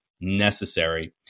necessary